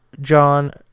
John